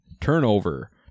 turnover